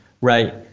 Right